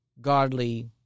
godly